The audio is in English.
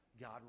God